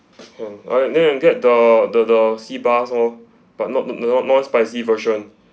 hmm alright then I'll get the the the seabass lor but not not not non-spicy version